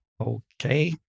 Okay